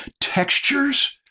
textures,